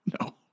No